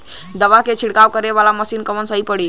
दवा के छिड़काव करे वाला मशीन कवन सही पड़ी?